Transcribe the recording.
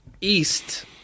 east